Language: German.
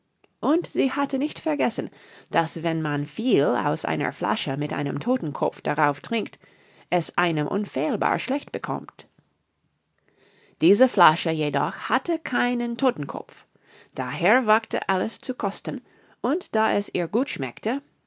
und sie hatte nicht vergessen daß wenn man viel aus einer flasche mit einem todtenkopf darauf trinkt es einem unfehlbar schlecht bekommt diese flasche jedoch hatte keinen todtenkopf daher wagte alice zu kosten und da es ihr gut schmeckte